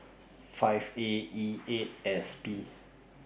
five A E eight S P